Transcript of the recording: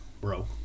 bro